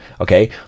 okay